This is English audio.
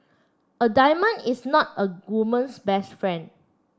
a diamond is not a woman's best friend